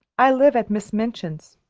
i live at miss minchin's.